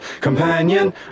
companion